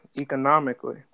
economically